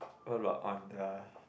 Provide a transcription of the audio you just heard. what about on the